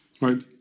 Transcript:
Right